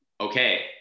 okay